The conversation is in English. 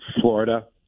Florida